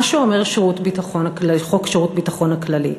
מה שאומר חוק שירות ביטחון הכללי,